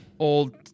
Old